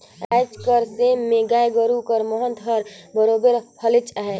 आएज कर समे में गाय गरू कर महत हर बरोबेर हलेच अहे